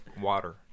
water